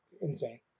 insane